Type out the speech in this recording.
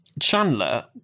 Chandler